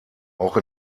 auch